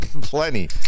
plenty